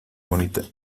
bonita